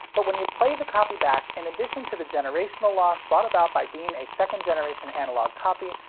but when you play the copy back, in addition to the generational loss brought about by being a second generation analog copy,